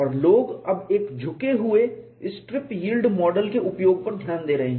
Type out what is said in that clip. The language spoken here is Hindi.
और लोग अब एक झुके हुए स्ट्रिप यील्ड मॉडल के उपयोग पर ध्यान दे रहे हैं